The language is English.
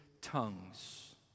tongues